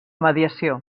mediació